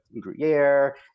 Gruyere